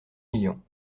millions